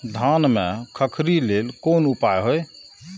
धान में खखरी लेल कोन उपाय हय?